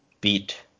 beat